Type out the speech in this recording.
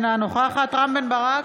יאלוב, אינה נוכחת קרן ברק,